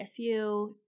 ASU